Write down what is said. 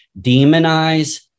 demonize